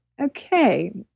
okay